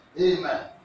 Amen